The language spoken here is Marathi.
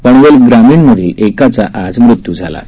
पनवेल ग्रामीण मधील एकाचा आज मृत्यू झाला आहे